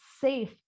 safe